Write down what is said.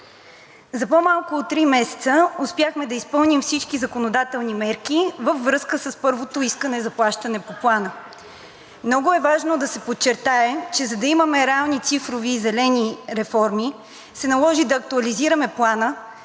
За по-малко от три месеца успяхме да изпълним всички законодателни мерки във връзка с първото искане за плащане по Плана. Много е важно да се подчертае, че за да имаме реални цифрови и зелени реформи, се наложи да актуализираме Плана